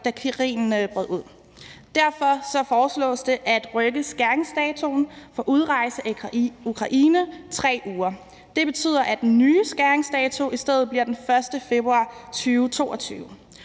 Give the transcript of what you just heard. da krigen brød ud. Derfor foreslås det at rykke skæringsdatoen for udrejse af Ukraine 3 uger. Det betyder, at den nye skæringsdato i stedet bliver den 1. februar 2022.